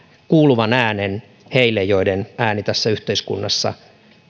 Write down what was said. kuuluvan äänen heille joiden ääni tässä yhteiskunnassa